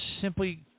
simply